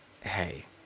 Hey